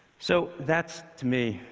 so that's, to me,